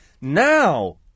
now